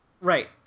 Right